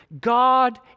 God